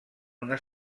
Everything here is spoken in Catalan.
una